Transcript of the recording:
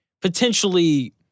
potentially